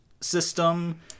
system